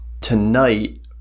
Tonight